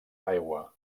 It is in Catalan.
aigua